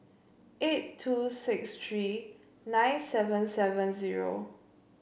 eight two six three nine seven seven zero